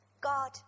God